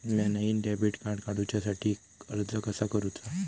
म्या नईन debit card काडुच्या साठी अर्ज कसा करूचा?